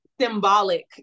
symbolic